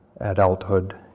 adulthood